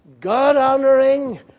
God-honoring